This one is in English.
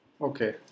Okay